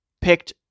picked